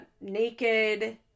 Naked